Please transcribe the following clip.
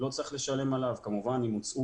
לא צריך לשלם עליו כמובן שאם הוצאו